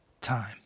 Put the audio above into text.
time